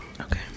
Okay